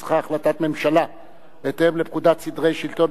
צריך החלטת ממשלה בהתאם לפקודת סדרי שלטון